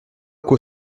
qu’au